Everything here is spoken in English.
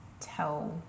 tell